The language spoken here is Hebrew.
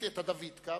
את ה"דווידקה",